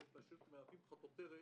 ומהווים חטוטרת